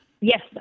Yes